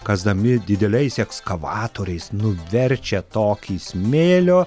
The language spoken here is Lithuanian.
kasdami dideliais ekskavatoriais nuverčia tokį smėlio